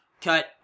cut